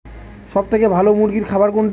সবথেকে ভালো মুরগির খাবার কোনটি?